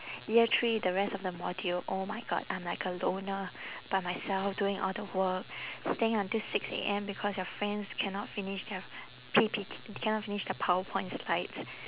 year three the rest of the module oh my god I'm like a loner by myself doing all the work staying until six A_M because your friends cannot finish their P_P_T cannot finish the powerpoint slides